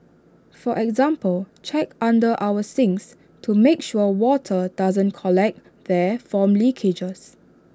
for example check under our sinks to make sure water doesn't collect there from leakages